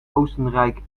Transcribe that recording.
oostenrijk